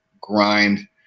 grind